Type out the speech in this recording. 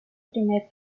primer